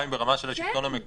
גם אם ברמה של השלטון המקומי,